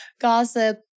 gossip